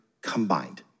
combined